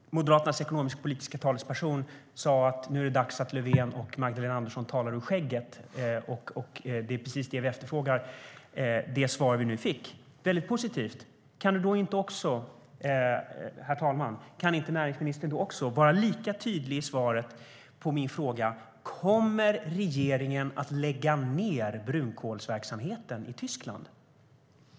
Moderaternas ekonomisk-politiska talesperson sa att nu är det dags att Stefan Löfven och Magdalena Andersson talar ur skägget. Det svar vi nu fick är precis det vi efterfrågar. Väldigt positivt! Kan inte näringsministern vara lika tydlig i svaret på min fråga? Kommer regeringen att lägga ned brunkolsverksamheten i Tyskland?